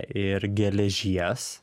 ir geležies